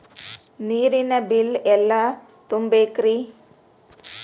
ನೇರಿನ ಬಿಲ್ ಎಲ್ಲ ತುಂಬೇಕ್ರಿ?